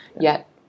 Yet-